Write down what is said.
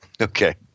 Okay